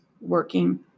working